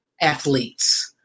athletes